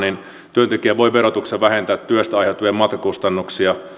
työntekijä voi verotuksessa vähentää työstä aiheutuvia matkakustannuksia